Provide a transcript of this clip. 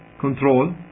control